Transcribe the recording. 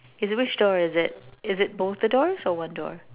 is it which door is it is it both the doors or one door